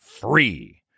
free